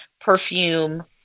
perfume